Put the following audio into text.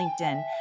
LinkedIn